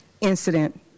incident